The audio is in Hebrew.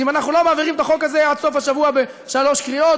ואם אנחנו לא מעבירים את החוק הזה עד סוף השבוע בשלוש קריאות